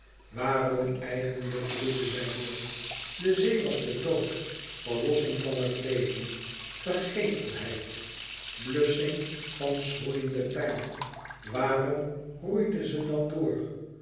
waarom eigenlijk roeide zij door de zee was de dood verlossing van het leven vergetelheid blussching van schroeiende pijn waarom roeide ze dan door